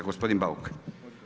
Gospodin Bauk.